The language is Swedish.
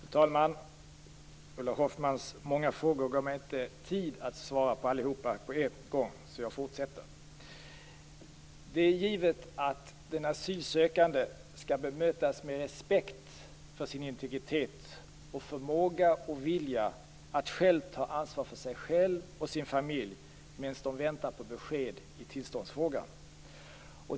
Fru talman! Ulla Hoffmann hade så många frågor att jag inte hade tid att svara på allihop på en gång, så jag fortsätter. Det är givet att den asylsökande skall bemötas med respekt för sin integritet och för sin förmåga och vilja att själv ta ansvar för sig själv och sin familj i väntan på besked i tillståndsfrågan.